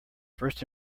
first